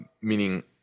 meaning